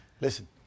Listen